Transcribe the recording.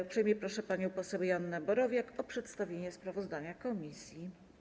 Uprzejmie proszę panią poseł Joannę Borowiak o przedstawienie sprawozdania komisji.